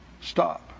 Stop